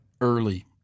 early